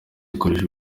ikoresha